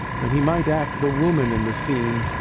when he might act the woman in the scene,